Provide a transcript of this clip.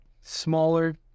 Smaller